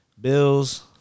Bills